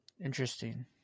Interesting